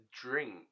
drink